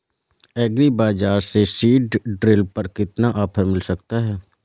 Agree bazaar से seed drill पर कितना ऑफर मिल सकता है?